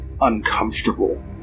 uncomfortable